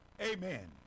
amen